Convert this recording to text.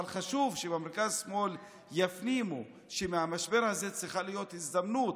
אבל חשוב שבמרכז-שמאל יפנימו שמהמשבר הזה צריכה להיות הזדמנות